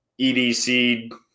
EDC